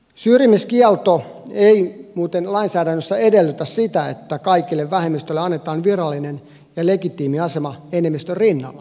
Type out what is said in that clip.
syrjimiskielto ei muuten lainsäädännössä edellytä sitä että kaikille vähemmistöille annetaan virallinen ja legitiimi asema enemmistön rinnalla